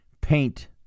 paint